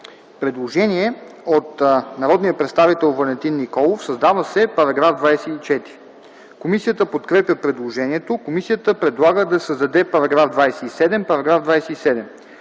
Предложение от народния представител Валентин Николов. Създава се § 24. Комисията подкрепя предложението. Комисията предлага да се създаде § 27: „§ 27.